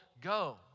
go